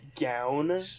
gown